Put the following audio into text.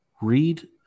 read